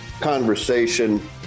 conversation